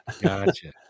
Gotcha